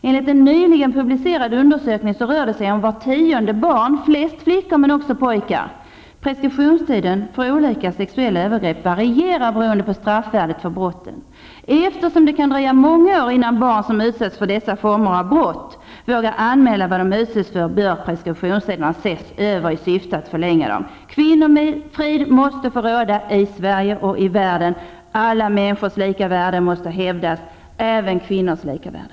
Enligt en nyligen publicerad undersökning rör det sig om vart tionde barn, flest flickor men också pojkar. Preskriptionstiden för olika sexuella övergrepp varierar, beroende på straffvärdet för brotten. Eftersom det kan dröja många år innan barn, som utsatts för dessa former av brott, vågar anmäla vad de utsatts för, bör preskriptionstiderna ses över i syfte att förlänga dem. Kvinnofrid måste få råda i Sverige och i världen! Alla människors lika värde måste hävdas, även kvinnors lika värde.